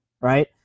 right